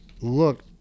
Look